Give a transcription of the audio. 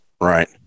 right